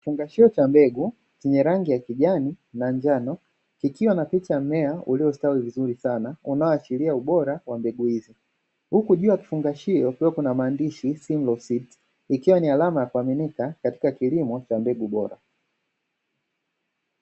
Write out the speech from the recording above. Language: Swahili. Kifungashio cha mbegu chenye rangi ya kijani na njano, kikiwa na picha ya mmea uliostawi vizuri sana, unaoashiria ubora wa mbegu hizi. Huku juu ya kifungashio kukiwa na maandishi "Simlaw Seeds" ikiwa ni alama ya kuaminika katika kilimo cha mbegu bora.